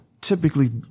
typically